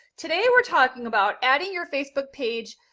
today we're talking about adding your facebook page,